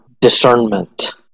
discernment